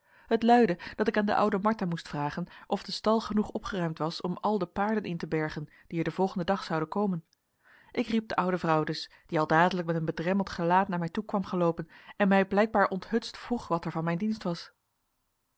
het luidde dat ik aan de oude martha moest vragen of de stal genoeg opgeruimd was om al de paarden in te bergen die er den volgenden dag zouden komen ik riep de oude vrouw dus die al dadelijk met een bedremmeld gelaat naar mij toe kwam geloopen en mij blijkbaar onthutst vroeg wat er van mijn dienst was